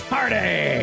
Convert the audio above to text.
Party